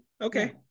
Okay